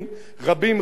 אם היה לי עוד זמן,